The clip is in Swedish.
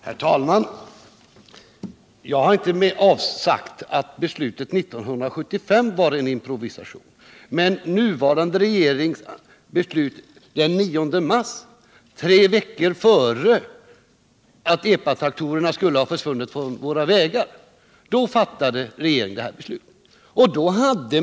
Herr talman! Jag har inte sagt att beslutet 1975 var en improvisation. Men den nuvarande regeringen fattade sitt beslut den 9 mars, tre veckor innan epatraktorerna skulle ha försvunnit från våra vägar. Det är denna form av beslutsordning som jag vill beteckna som improvisation.